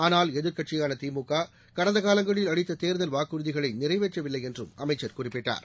ஆனால் எதிர்க்கட்சியான திமுக கடந்த காலங்களில் அளித்த தேர்தல் வாக்குறுதிகளை நிறைவேற்றவில்லை என்றும் அமைச்சர் குறிப்பிட்டார்